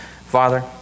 Father